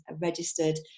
registered